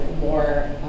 more